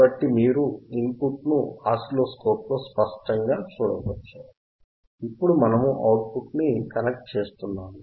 కాబట్టి మీరు input signal ను ఆసిలోస్కోప్ లో స్పష్టంగా చూడవచ్చు ఇప్పుడు మనము అవుట్ పుట్ ని కనెక్ట్ చేస్తున్నాము